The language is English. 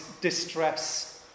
distress